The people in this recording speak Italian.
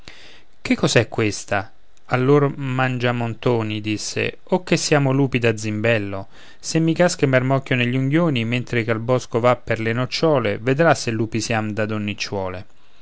cosa è questa allor mangiamontoni disse o che siamo lupi da zimbello se mi casca il marmocchio negli unghioni mentre che al bosco va per le nocciole vedrà se lupi siam da donnicciuole